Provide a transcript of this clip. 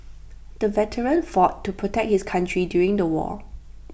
the veteran fought to protect his country during the war